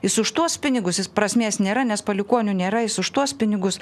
jis už tuos pinigus jis prasmės nėra nes palikuonių nėra jis už tuos pinigus